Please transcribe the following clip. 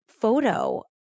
photo